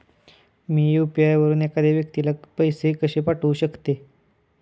मी UPI वापरून एखाद्या व्यक्तीला पैसे कसे पाठवू शकते?